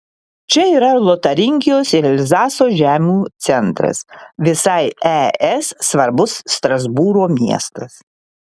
čia yra ir lotaringijos ir elzaso žemių centras visai es svarbus strasbūro miestas